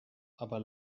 aber